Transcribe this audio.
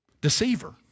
Deceiver